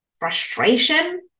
frustration